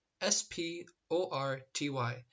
s-p-o-r-t-y